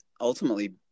ultimately